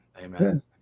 Amen